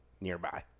nearby